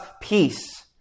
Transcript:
peace